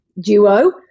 duo